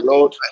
Lord